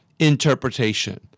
interpretation